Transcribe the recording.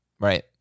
Right